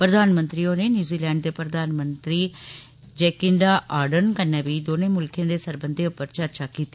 प्रधानमंत्री होरें न्यूजीलैंड दे प्रधानमंत्री जैकिंडा आर्डन कन्नै बी दौनें मुल्खें दे सरबंधें उप्पर चर्चा कीती